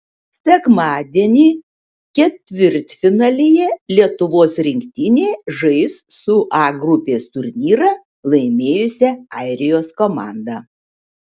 sekmadienį ketvirtfinalyje lietuvos rinktinė žais su a grupės turnyrą laimėjusia airijos komanda